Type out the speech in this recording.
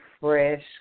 fresh